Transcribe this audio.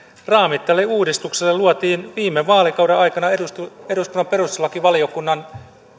raamit tälle uudistukselle luotiin viime vaalikauden aikana eduskunnan perustuslakivaliokunnan